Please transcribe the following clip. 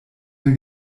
mehr